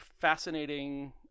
fascinating